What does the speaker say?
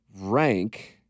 Rank